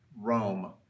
Rome